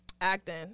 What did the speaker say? Acting